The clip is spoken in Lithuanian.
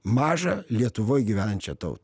mažą lietuvoj gyvenančią tautą